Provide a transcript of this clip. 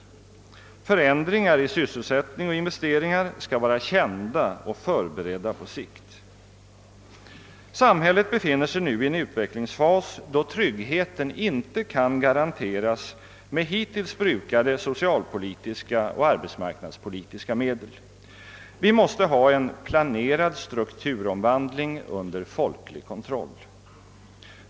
Förändringar i sysselsättning och investeringar skall vara kända och förberedda på sikt. Samhället befinner sig nu i en utvecklingsfas där tryggheten inte kan garanteras med hittills brukade socialpolitiska och arbetsmarknadspolitiska medel. Vi måste ha en planerad strukturomvandling under folklig kontroll.